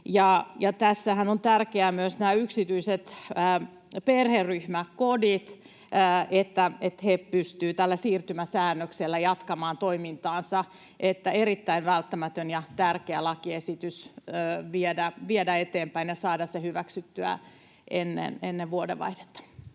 Tässähän on tärkeää myös, että yksityiset perheryhmäkodit pystyvät tällä siirtymäsäännöksellä jatkamaan toimintaansa. Niin että erittäin välttämätön ja tärkeä lakiesitys viedä eteenpäin ja saada hyväksyttyä ennen vuodenvaihdetta.